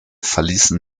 verließen